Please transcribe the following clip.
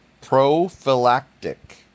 Prophylactic